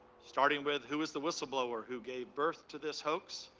starting with who is the whistleblower who gave birth to this hoax,